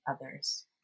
others